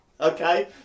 okay